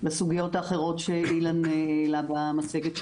בסוגיות האחרות שאילן העלה במצגת שלו.